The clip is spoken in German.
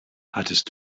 hattest